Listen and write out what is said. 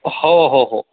हो हो हो